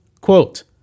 Quote